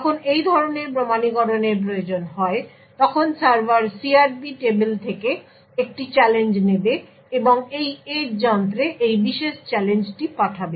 যখন এই ধরনের প্রমাণীকরণের প্রয়োজন হয় তখন সার্ভার CRP টেবিল থেকে একটি চ্যালেঞ্জ নেবে এবং এই এজ যন্ত্রে এই বিশেষ চ্যালেঞ্জটি পাঠাবে